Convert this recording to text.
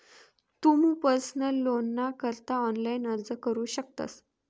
तुमू पर्सनल लोनना करता ऑनलाइन अर्ज करू शकतस